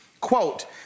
quote